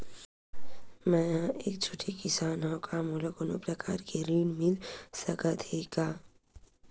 मै ह एक छोटे किसान हंव का मोला कोनो प्रकार के ऋण मिल सकत हे का?